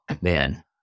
Man